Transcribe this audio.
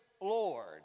Lord